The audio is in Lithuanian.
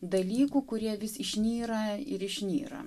dalykų kurie vis išnyra ir išnyra